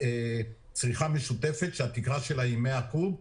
צריכה משותפת שהתקרה שלה היא 100 קוב.